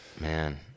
Man